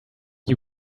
you